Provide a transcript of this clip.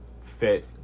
fit